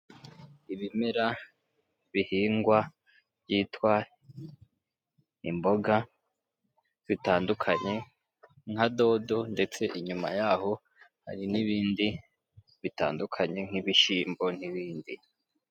Ibimera bihingwa byitwa imboga bitandukanye nka dodo, ndetse inyuma yaho hari n'ibindi bitandukanye, nk'ibishyimbo n'ibindi.